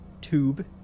Tube